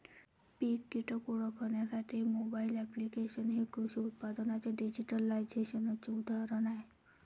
पीक कीटक ओळखण्यासाठी mobile applications हे कृषी उत्पादनांच्या डिजिटलायझेशनचे उदाहरण आहे